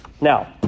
now